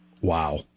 Wow